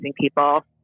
people